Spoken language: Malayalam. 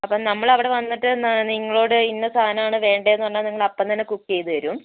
അപ്പം നമ്മളവിടെ വന്നിട്ട് നിങ്ങളോട് ഇന്ന സാധനമാണ് വേണ്ടതെന്ന് പറഞ്ഞാൽ നിങ്ങളപ്പം തന്നെ കുക്ക് ചെയ്തു തരുമോ